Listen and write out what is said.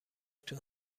تون